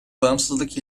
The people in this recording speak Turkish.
bağımsızlık